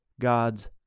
God's